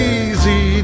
easy